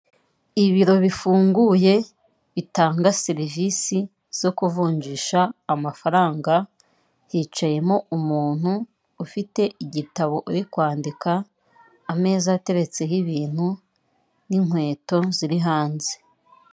Ibiro bifunguye bitanga serivisi zo kuvunjisha amafaranga, hicayemo umuntu ufite igitabo uri kwandika, ameza ateretseho ibintu n'inkweto ziri hanze.